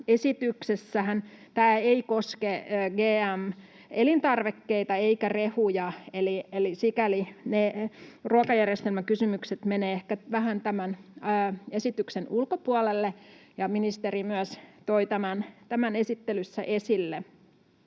esityshän ei koske gm-elintarvikkeita eikä rehuja, eli sikäli ne ruokajärjestelmäkysymykset menevät ehkä vähän tämän esityksen ulkopuolelle, ja ministeri myös toi tämän esittelyssään esille.